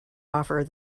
offer